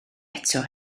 eto